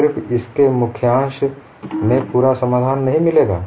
सिर्फ इसके मुख्याँश में पूरा समाधान नहीं मिलेगा